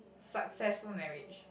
successful marriage